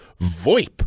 VoIP